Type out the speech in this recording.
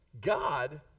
God